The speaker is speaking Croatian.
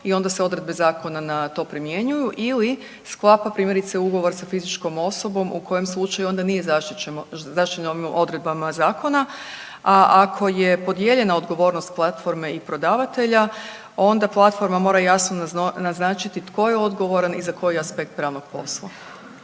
i onda se odredbe zakona na to primjenjuju ili sklapa primjerice ugovor sa fizičkom osobom u kojem slučaju onda nije zaštićen odredbama zakona, a ako je podijeljena odgovornost platforme i prodavatelja onda platforma mora jasno naznačiti tko je odgovoran i za koji aspekt pravnog posla.